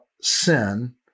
sin